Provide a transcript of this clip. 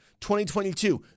2022